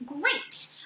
great